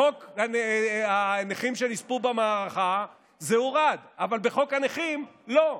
בחוק מי שנספו במערכה זה הורד, אבל בחוק הנכים לא.